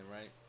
right